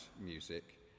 music